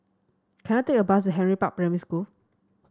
can I take a bus Henry Park Primary School